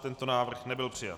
Tento návrh nebyl přijat.